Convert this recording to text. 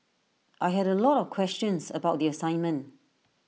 I had A lot of questions about the assignment